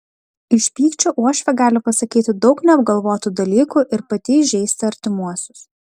iš pykčio uošvė gali pasakyti daug neapgalvotų dalykų ir pati įžeisti artimuosius